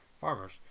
farmers